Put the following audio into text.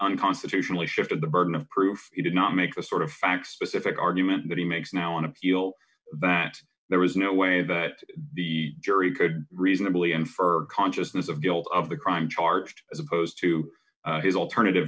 unconstitutionally shifted the burden of proof he did not make the sort of facts specific argument that he makes now on appeal that there was no way that the jury could reasonably infer consciousness of guilt of the crime charged as opposed to his alternative